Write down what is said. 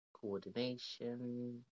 coordination